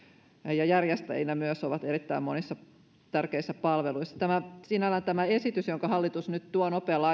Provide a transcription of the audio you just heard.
ja ovat myös järjestäjinä erittäin monissa tärkeissä palveluissa sinällään tämä esitys jonka hallitus nyt tuo nopealla